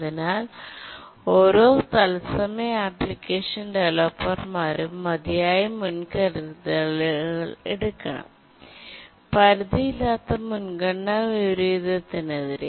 അതിനാൽ ഓരോ തത്സമയ ആപ്ലിക്കേഷൻ ഡവലപ്പർമാരും മതിയായ മുൻകരുതലുകൾ എടുക്കണം പരിധിയില്ലാത്ത മുൻഗണന വിപരീത ത്തിനെതിരെ